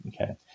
Okay